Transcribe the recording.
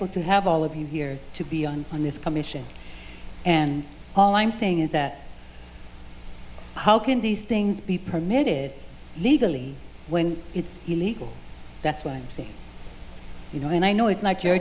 thankful to have all of you here to be on this commission and all i'm saying is that how can these things be permitted legally when it's illegal that's what i'm saying you know and i know it's not your